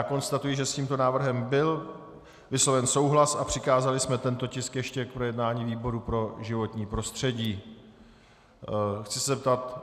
Konstatuji, že s tímto návrhem byl vysloven souhlas a přikázali jsme tento tisk ještě k projednání výboru pro životní prostředí.